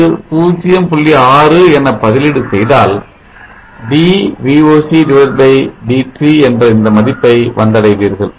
6 என பதிலீடு செய்தால் d VOC d T என்ற இந்த மதிப்பை வந்தடைவீர்கள்